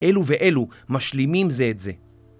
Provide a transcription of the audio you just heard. אלו ואלו משלימים זה את זה.